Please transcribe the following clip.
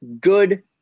good